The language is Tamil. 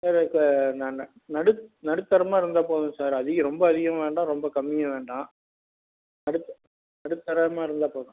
சரி சார் நான் நடு நடுத்தரமாக இருந்தால் போதும் சார் அதிக ரொம்ப அதிகமும் வேண்டாம் ரொம்ப கம்மியும் வேண்டாம் நடு நடுத்தரமாக இருந்தால் போதும்